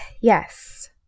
yes